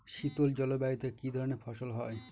শীতল জলবায়ুতে কি ধরনের ফসল হয়?